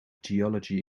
geology